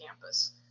campus